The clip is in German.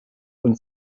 und